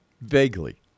Vaguely